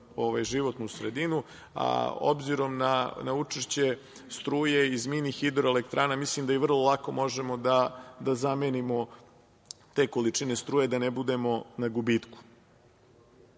životnu sredinu, a obzirom na učešće struje iz mini hidroelektrana mislim da vrlo lako možemo da zamenimo te količine struje da ne budemo na gubitku. Što